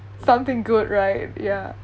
something good right ya